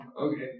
Okay